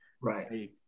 Right